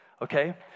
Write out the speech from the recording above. Okay